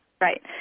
Right